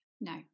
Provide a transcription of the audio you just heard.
no